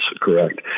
correct